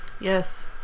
Yes